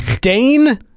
dane